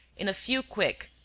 in a few quick,